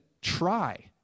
try